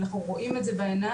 אנחנו רואים את זה בעיניים,